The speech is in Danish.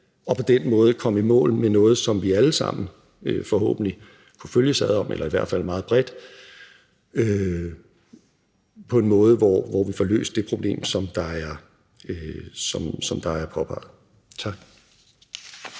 og på den måde komme i mål med noget, som vi alle sammen forhåbentlig kan følges ad om, eller i hvert fad meget bredt, på en måde, hvor vi får løst det problem, som er påpeget. Tak.